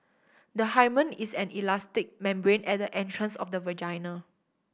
the hymen is an elastic membrane at the entrance of the vagina